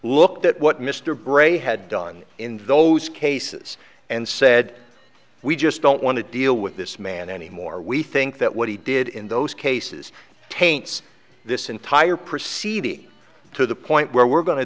looked at what mr bray had done in those cases and said we just don't want to deal with this man anymore we think that what he did in those cases taints this entire proceeding to the point where we're going to